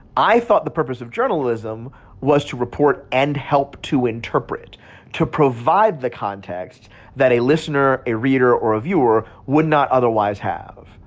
i thought the purpose of journalism was to report and help to interpret to provide the context that a listener, a reader or a viewer would not otherwise have.